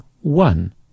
one